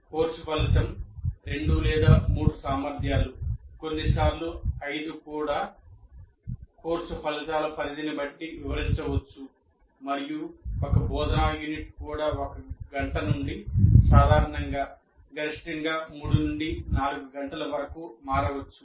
course ఫలితం 2 లేదా 3 సామర్థ్యాలు కొన్నిసార్లు 5 కూడా కోర్సు ఫలితాల పరిధిని బట్టి వివరించవచ్చు మరియు ఒక బోధనా యూనిట్ కూడా 1 గంట నుండి సాధారణంగా గరిష్టంగా 3 నుండి 4 గంటల వరకు మారవచ్చు